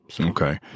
Okay